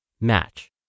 Match